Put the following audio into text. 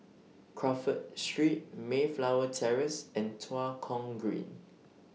Crawford Street Mayflower Terrace and Tua Kong Green